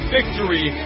victory